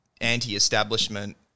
anti-establishment